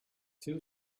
two